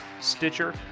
Stitcher